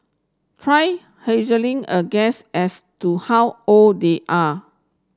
try a guess as to how old they are